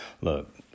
Look